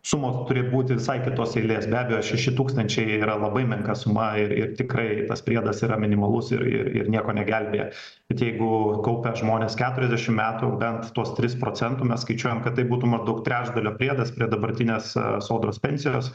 sumos turi būti visai kitos eilės be abejo šeši tūkstančiai yra labai menka suma ir tikrai tas priedas yra minimalus ir ir nieko negelbėja bet jeigu kaupia žmonės keturiasdešimt metų bent tuos tris procentų mes skaičiuojam kad tai būtų maždaug trečdalio pėdas prie dabartinės sodros pensijos